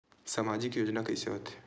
सामजिक योजना कइसे होथे?